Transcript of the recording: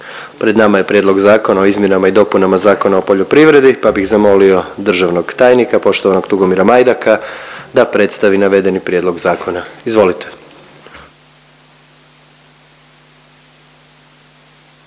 Pred nama je Prijedlog Zakona o izmjenama i dopunama Zakona o poljoprivredi pa bih zamolio državnog tajnika poštovanog Tugomira Majdaka da predstavi navedeni prijedlog zakona. Izvolite.